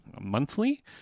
monthly